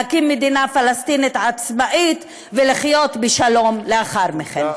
להקים מדינה פלסטינית עצמאית ולחיות בשלום לאחר מכן.